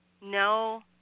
No